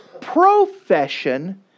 profession